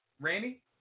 Randy